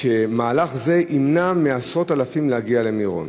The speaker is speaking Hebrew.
שמהלך זה ימנע מעשרות אלפים להגיע למירון.